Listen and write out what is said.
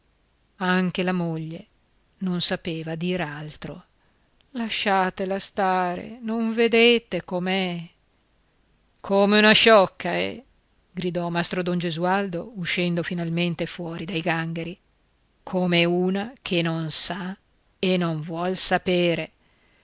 anche la moglie non sapeva dir altro lasciatela stare non vedete com'è come una sciocca è gridò mastro don gesualdo uscendo finalmente fuori dai gangheri come una che non sa e non vuol sapere